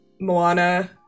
Moana